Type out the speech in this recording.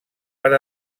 per